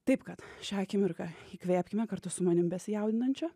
taip kad šią akimirką įkvėpkime kartu su manim besijaudinančia